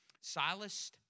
Silas